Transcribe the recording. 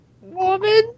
woman